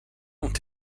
ont